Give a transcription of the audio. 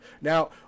Now